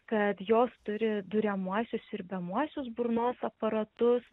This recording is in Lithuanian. kad jos turi duriamuosius siurbiamuosius burnos aparatus